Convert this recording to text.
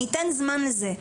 אני אתן זמן לזה.